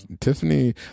Tiffany